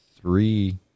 three